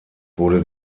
wurde